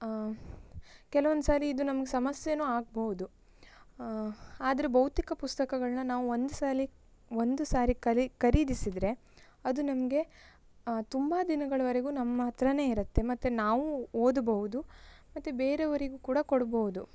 ಕೆಲವೊಂದು ಸಾರಿ ಇದು ನಮ್ಗೆ ಸಮಸ್ಯೆಯೂ ಆಗಬಹುದು ಆದರೆ ಭೌತಿಕ ಪುಸ್ತಕಗಳನ್ನ ನಾವು ಒಂದ್ಸಲ ಒಂದು ಸಾರಿ ಕಲಿ ಖರೀದಿಸಿದರೆ ಅದು ನಮಗೆ ತುಂಬ ದಿನಗಳವರೆಗೂ ನಮ್ಮ ಹತ್ತಿರಾನೇ ಇರುತ್ತೆ ಮತ್ತು ನಾವೂ ಓದಬಹುದು ಮತ್ತು ಬೇರೆಯವರಿಗೂ ಕೂಡ ಕೊಡ್ಬೌದು